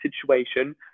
situation